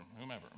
whomever